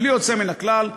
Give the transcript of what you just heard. בלי יוצא מן הכלל,